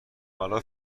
حالا